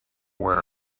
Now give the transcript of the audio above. aware